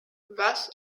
was